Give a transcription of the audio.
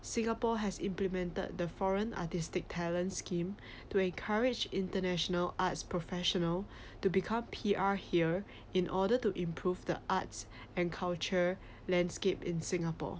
singapore has implemented the foreign artistic talent scheme to courage international arts professional to become P_R here in order to improve the arts and culture landscape in singapore